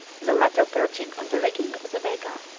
the latter perching on the rigging of the vega,